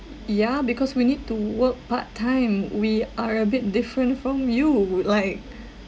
ya because we need to work part time we are a bit different from you would like